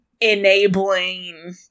enabling